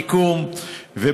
השכמתי קום ובאתי,